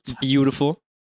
beautiful